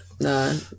No